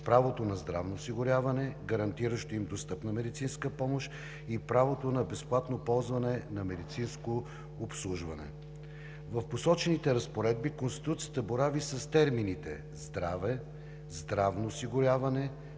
правото на здравно осигуряване, гарантиращо им достъпна медицинска помощ и правото им на безплатно ползване на медицинско обслужване. В посочените разпоредби Конституцията борави с термините „здраве“, „здравно осигуряване“,